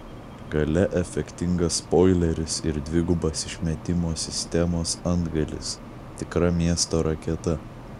gale efektingas spoileris ir dvigubas išmetimo sistemos antgalis tikra miesto raketa